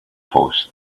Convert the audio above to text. post